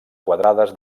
quadrades